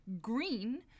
green